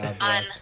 on